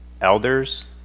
Elders